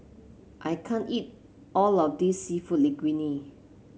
I can't eat all of this seafood Linguine